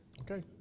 Okay